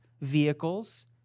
vehicles